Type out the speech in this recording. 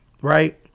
right